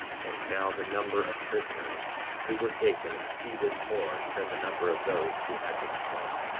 and now the number of prisoners who were taken exceeded more than the number of those who had been slain,